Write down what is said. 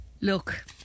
Look